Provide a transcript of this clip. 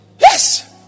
Yes